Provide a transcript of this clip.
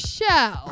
show